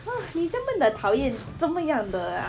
!wah! 你这么样的讨厌这么样的 ah